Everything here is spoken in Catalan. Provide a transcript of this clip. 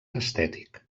estètic